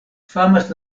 famas